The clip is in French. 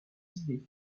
idées